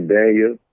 Daniel